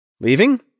Leaving